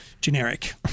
generic